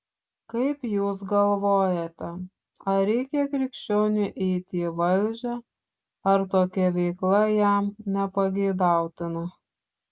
kaip jūs galvojate ar reikia krikščioniui eiti į valdžią ar tokia veikla jam nepageidautina